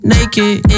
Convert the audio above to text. Naked